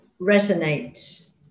resonates